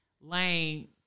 Lane